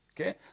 Okay